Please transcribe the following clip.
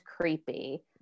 creepy